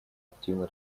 активно